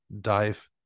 dive